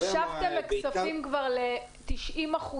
השבתם כספים כבר ל-90%